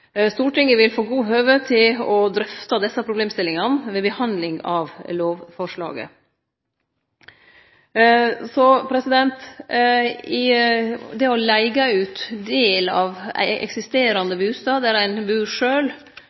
Stortinget vil få høve til å drøfte desse problemstillingane ved behandlinga av lovforslaget. Det å leige ut ein del av eksisterande bustad der ein bur